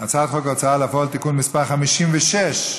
הצעת חוק ההוצאה לפועל (תיקון מס' 56),